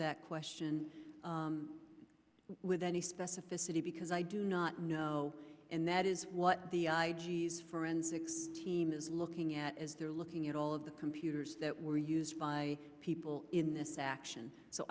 that question with any specificity because i do not know and that is what the i g s forensics team is looking at as they're looking at all of the computers that were used by people in this